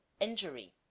injury